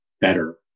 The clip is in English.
better